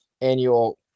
annual